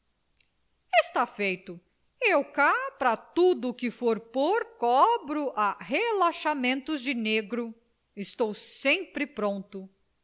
está dito eu cá pra tudo que for pôr cobro a relaxamento de negro estou sempre pronto